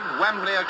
Wembley